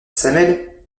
samuel